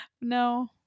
no